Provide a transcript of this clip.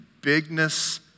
bigness